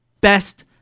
best